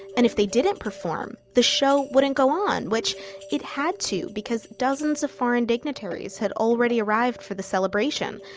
and if they didn't perform, the show wouldn't go on which it had to, because dozens of foreign dignitaries had already arrived for the celebration,